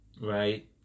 right